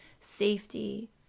safety